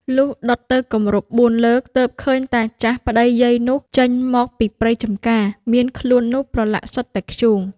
លុះដុតទៅគម្រប់ ៤ លើក ទើបឃើញតាចាស់ប្តីយាយនោះ ចេញមកពីព្រៃចម្ការ មានខ្លួននោះប្រឡាក់សុទ្ធតែធ្យូង